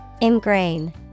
Ingrain